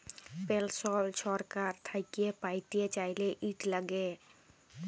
পেলসল ছরকার থ্যাইকে প্যাইতে চাইলে, ইট ল্যাগে